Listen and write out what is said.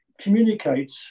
communicate